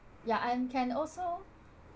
ya and can also